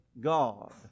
God